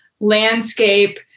landscape